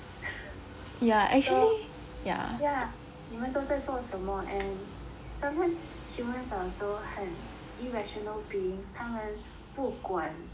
so yeah 你们都在做什么 and sometimes humans are also 很 irrational beings 他们不管